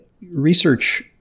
research